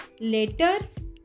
letters